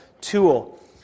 tool